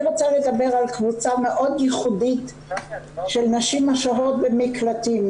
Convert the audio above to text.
אני רוצה לדבר על קבוצה מאוד ייחודית של נשים השוהות במקלטים.